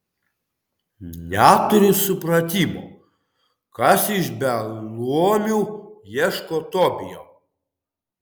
neturiu supratimo kas iš beluomių ieško tobijo